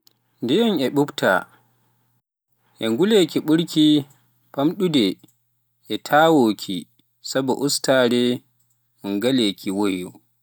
Ndiyam e ɓuuɓta e nguleeki ɓurki famɗude e tooweeki sabu ustaare nguleeki weeyo.